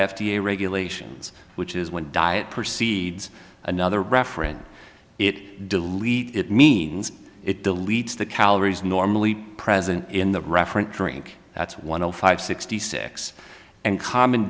a regulations which is when diet proceed another reference it delete it means it deletes the calories normally present in the referent drink that's one zero five sixty six and common